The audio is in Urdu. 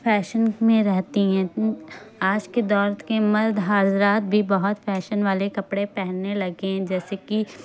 فیشن میں رہتی ہیں آج کے دور کے مرد حضرات بھی بہت فیشن والے کپڑے پہننے لگے ہیں جیسے کہ